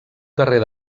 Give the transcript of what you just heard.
carrer